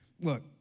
look